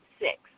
six